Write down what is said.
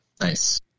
Nice